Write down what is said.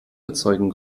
erzeugen